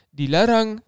dilarang